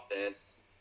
offense